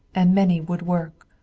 and many would work.